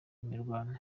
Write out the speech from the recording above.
imirwano